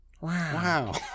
Wow